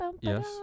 Yes